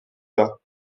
bas